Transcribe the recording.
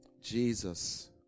Jesus